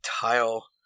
tile